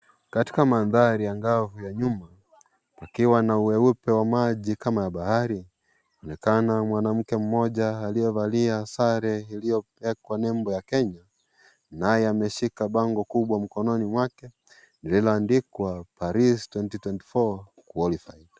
Katika mandhari angao vya nyuma pakiwa na weupe wa maji kama bahari, inaonekana mwanamke mmoja aliyevalia sare ilioekwa nembo ya Kenya, anaye ameshika bango kubwa mkononi mwake lililoandikwa Paris twenty twenty four qualified .